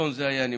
אסון זה היה נמנע.